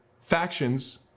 Factions